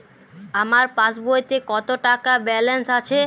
আমার পাসবইতে কত টাকা ব্যালান্স আছে?